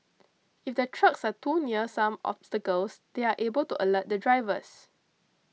if the trucks are too near some obstacles they are able to alert the drivers